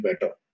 better